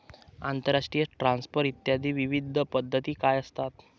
आंतरराष्ट्रीय ट्रान्सफर इत्यादी विविध पद्धती काय असतात?